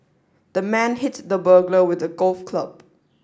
the man hit the burglar with a golf club